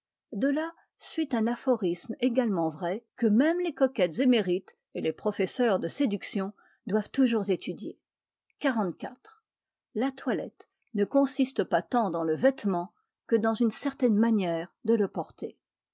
de là suit un aphorisme également vrai que même les coquettes émérites et les professeurs de séduction doivent toujours étudier xliv la toilette ne consiste pas tant dans le vêtement que dans une certaine manière de le porter